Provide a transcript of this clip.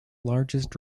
largest